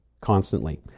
constantly